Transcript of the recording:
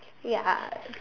ya